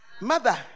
Mother